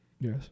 Yes